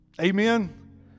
Amen